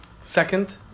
Second